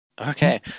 Okay